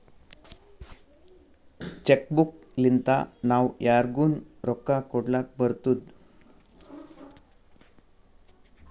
check book ಲಿಂತಾ ನಾವೂ ಯಾರಿಗ್ನು ರೊಕ್ಕಾ ಕೊಡ್ಲಾಕ್ ಬರ್ತುದ್